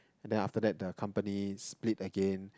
and then after that the company split again